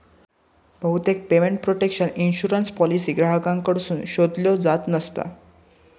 बहुतेक payment protection insurance policy ग्राहकांकडसून शोधल्यो जात नसता